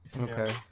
Okay